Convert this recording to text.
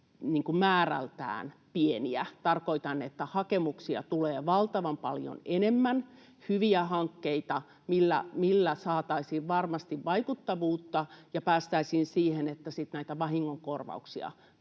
määrältään varsin pieniä, tarkoitan, että hakemuksia tulee valtavan paljon enemmän, hyviä hankkeita, millä saataisiin varmasti vaikuttavuutta ja päästäisiin siihen, että sitten näitä vahingonkorvauksia